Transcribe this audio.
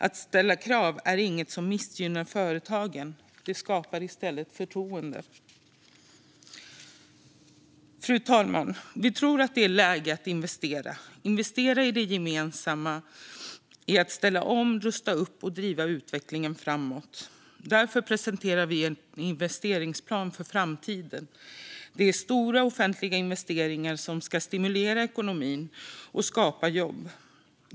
Att ställa krav är inget som missgynnar företagen; det skapar i stället förtroende. Fru talman! Vi tror att det är läge att investera i det gemensamma - i att ställa om, rusta upp och driva utvecklingen framåt. Därför presenterar vi en investeringsplan för framtiden. Det är stora offentliga investeringar som ska stimulera ekonomin och skapa jobb.